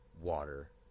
Water